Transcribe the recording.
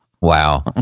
wow